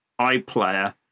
iPlayer